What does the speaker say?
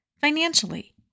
Financially